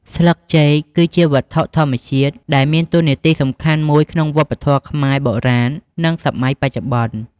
ស្លឹកចេក គឺជាវត្ថុធម្មជាតិដែលមានតួនាទីសំខាន់មួយក្នុងវប្បធម៌ខ្មែរ បុរាណនិងសម័យបច្ចុប្បន្ន។